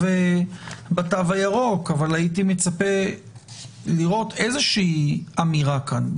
הירוק אבל הייתי מצפה לראות איזושהי אמירה כאן,